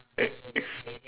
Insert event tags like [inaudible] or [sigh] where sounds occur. [laughs]